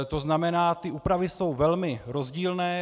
To znamená, úpravy jsou velmi rozdílné.